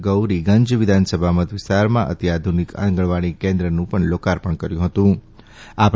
ગૌરીગંજ વિધાનસભા મત વિસ્તારમાં અતિ આધુનિક આંગણવાડી કેન્દ્રનું પણ લોકાર્પણ કર્યું હતું આ પ્રસંગે